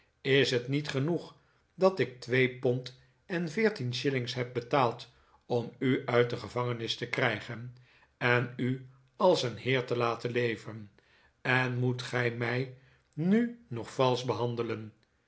is het niet genoeg dat ik twee pond en veertien shillings heb betaald om u uit de gevangenis te krijgen en u als een heer te laten leven en moet gij mij nu nog valsch behandelen